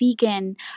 vegan